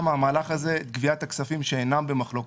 מהמהלך הזה את גביית הכספים שאינם במחלוקת.